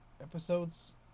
episodes